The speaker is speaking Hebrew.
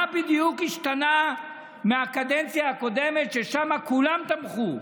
מה בדיוק השתנה מהקדנציה הקודמת, ששם כולם תמכו,